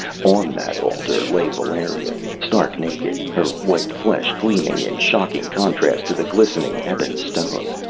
on that altar lay valeria, stark naked, her white flesh gleaming in shocking contrast to the glistening ebon stone.